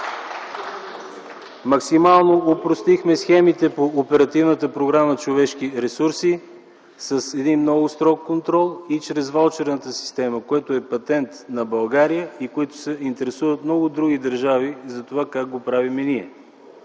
Максимално опростихме схемите по Оперативна програма „Човешки ресурси” с един много строг контрол и чрез ваучерната система, което е патент за България и от които се интересуват много други държави за това как го правим ние.